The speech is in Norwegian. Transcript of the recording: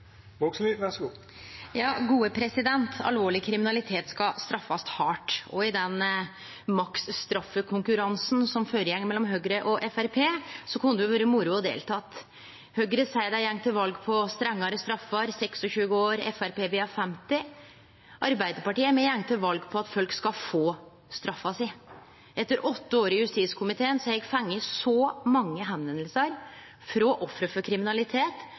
mellom Høgre og Framstegspartiet, kunne det ha vore moro å delta i. Høgre seier dei går til val på strengare straffer, 26 år, Framstegspartiet vil ha 50 år. Arbeidarpartiet går til val på at folk skal få straffa si. Etter åtte år i justiskomiteen har eg fått så mange meldingar frå offer for kriminalitet